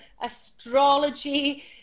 astrology